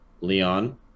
Leon